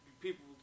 people